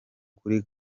kuri